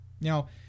Now